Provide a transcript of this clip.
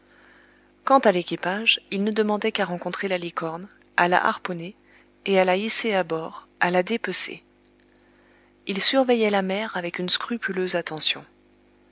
quant à l'équipage il ne demandait qu'à rencontrer la licorne à la harponner et à la hisser à bord à la dépecer il surveillait la mer avec une scrupuleuse attention